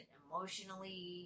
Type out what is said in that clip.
emotionally